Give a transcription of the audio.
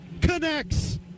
connects